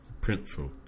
Printful